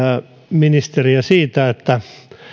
ministeriä siitä että